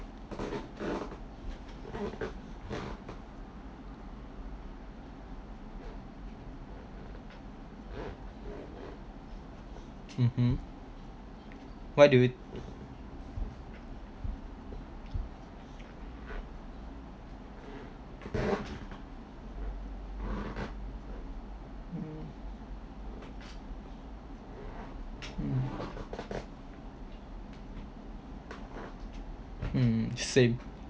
mmhmm what do you mm mm same